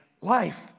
life